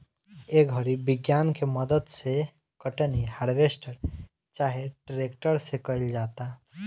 ए घड़ी विज्ञान के मदद से कटनी, हार्वेस्टर चाहे ट्रेक्टर से कईल जाता